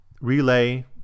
Relay